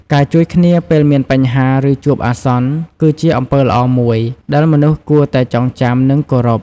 ការជួយគ្នា ពេលមានបញ្ហា ឬជួបអាសន្ន គឺជាអំពើល្អមួយ ដែលមនុស្សគួរតែចងចាំ និងគោរព។